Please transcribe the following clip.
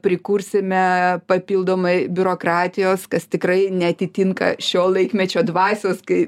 prikursime papildomai biurokratijos kas tikrai neatitinka šio laikmečio dvasios kai